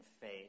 faith